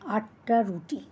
আটটা রুটি